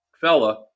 fella